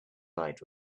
night